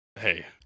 hey